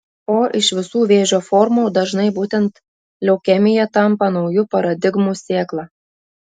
o iš visų vėžio formų dažnai būtent leukemija tampa naujų paradigmų sėkla